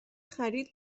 خرید